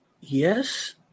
yes